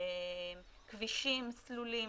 כבישים סלולים,